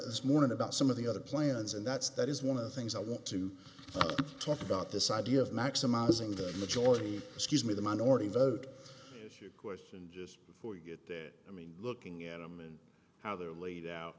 this morning about some of the other plans and that's that is one of the things i want to talk about this idea of maximizing the majority excuse me the minority vote question just before you get there i mean looking at them and how they're laid out